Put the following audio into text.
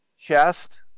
chest